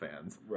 fans